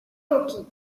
cooking